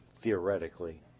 theoretically